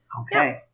Okay